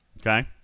Okay